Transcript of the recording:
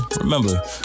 remember